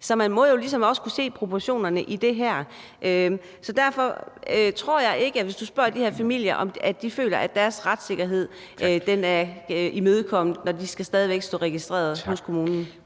så man må ligesom også kunne se proportionerne i det her. Derfor tror jeg ikke, hvis du spørger de her familier, at de føler, at deres retssikkerhed er imødekommet, når de stadig væk skal stå registreret hos kommunen.